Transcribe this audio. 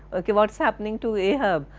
ok, what's happening to ahab?